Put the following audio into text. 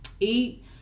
eat